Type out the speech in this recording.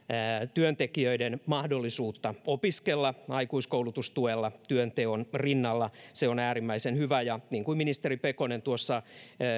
työntekijöiden mahdollisuutta opiskella aikuiskoulutustuella työnteon rinnalla se on äärimmäisen hyvä ministeri pekonen kuvasi tuossa